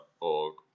org